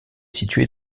située